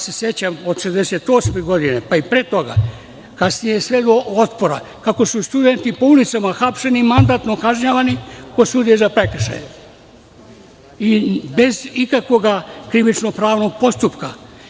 Sećam se, od 1968. godine, pa i pre toga, kasnije i "Otpora", kako su studenti po ulicama hapšeni i mandatno kažnjavani kod sudije za prekršaje, bez ikakvog krivično-pravnog postupka.